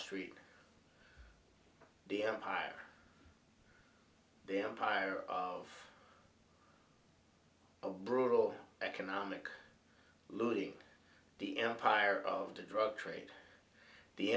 three the empire the empire of a brutal economic looting the empire of the drug trade the